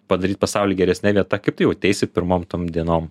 padaryt pasaulį geresne vieta kaip tu jauteisi pirmom tom dienom